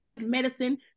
medicine